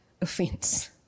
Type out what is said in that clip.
offence